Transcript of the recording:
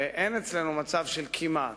אין אצלנו מצב של כמעט.